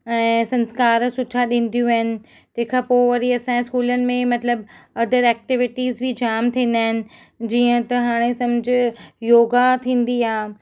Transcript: ऐं संस्कार सुठा ॾींदियूं आहिनि तंहिं खां पोइ वरी असांजे स्कूलनि में मतलबु अधर एक्टिविटीस बि जाम थींदा आहिनि जीअं त हाणे समुझ योगा थींदी आहे